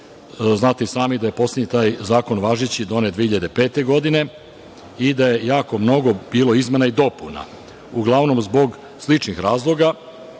Znate i sami da je poslednji taj zakon važeći donet 2005. godine i da je jako mnogo bilo izmena i dopuna. Uglavnom zbog sličnih razloga,